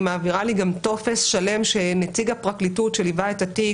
היא גם מעבירה לי טופס שלם שנציג הפרקליטות שליווה את התיק,